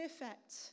perfect